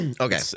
Okay